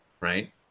right